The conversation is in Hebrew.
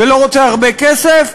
ולא רוצה הרבה כסף,